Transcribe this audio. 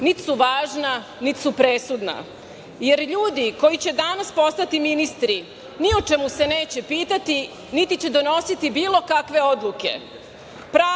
niti su važna, niti su presudna, jer ljudi koji će danas postati ministri ni o čemu se neće pitati, niti će donositi bilo kakve odluke.